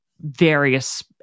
various